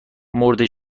مرده